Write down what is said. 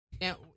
Now